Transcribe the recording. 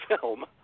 film